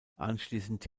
anschließend